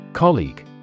Colleague